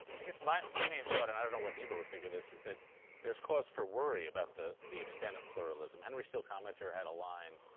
i guess my my main thought, and i don't know what niebuhr would think of this, is that there's cause for worry about the the extent of pluralism. henry steele commager had a line